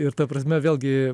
ir ta prasme vėlgi